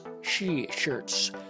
She-Shirts